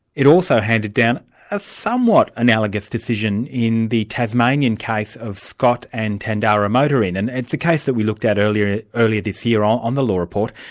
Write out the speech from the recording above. it also handed down a somewhat analogous decision in the tasmanian case of scott and tandara motor inn, and it's a case that we looked at earlier earlier this year on on the law report.